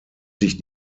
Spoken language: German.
sich